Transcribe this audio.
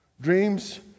dreams